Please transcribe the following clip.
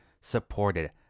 supported